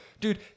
Dude